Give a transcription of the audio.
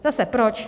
Zase proč?